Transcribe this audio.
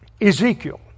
Ezekiel